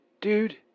Dude